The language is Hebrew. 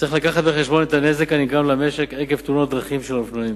צריך לקחת בחשבון את הנזק הנגרם למשק עקב תאונות דרכים של אופנועים: